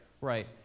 Right